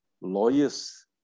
Lawyers